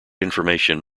information